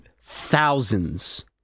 Thousands